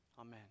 Amen